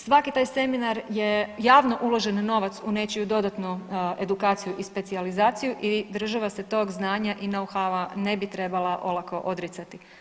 Svaki taj seminar je javno uložen novac u nečiju dodatnu edukaciju i specijalizaciju i država se to znanja i …/nerazumljivo/… ne bi trebala olako odricati.